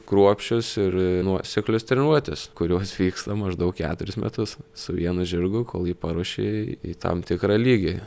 kruopščios ir nuoseklios treniruotės kurios vyksta maždaug keturis metus su vienu žirgu kol jį paruoši į tam tikrą lygį